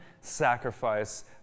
sacrifice